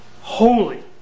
Holy